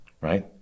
right